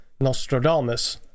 Nostradamus